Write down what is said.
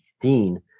Dean